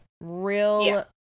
Real